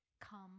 come